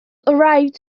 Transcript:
arrived